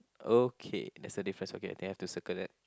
okay that's the difference okay then I have to circle that